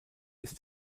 ist